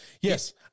Yes